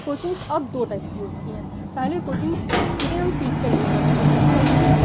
coachings अब दो type से हो चुकी हैं पहले कोचिंग से सीधे हम फिज़िकल लिया करते थे फिजिकल मीन्स